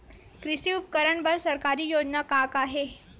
कृषि उपकरण बर सरकारी योजना का का हे?